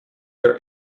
their